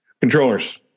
controllers